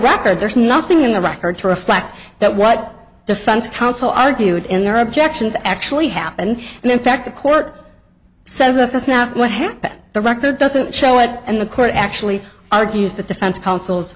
record there's nothing in the record to reflect that what defense counsel argued in their objections actually happened and in fact the court says that this now what happened the record doesn't show it and the court actually argues the defense